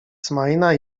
smaina